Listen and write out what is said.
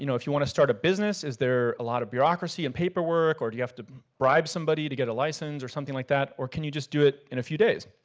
you know if you wanna start a business, is there a lot of bureaucracy, a and paperwork, or do you have to bribe somebody to get a license or something like that or can you just do it in a few days?